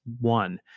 one